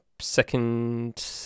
second